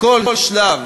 כל שלב,